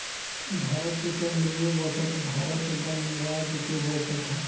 भारत के केंदीय बजट भारत गणराज्य के बजट ह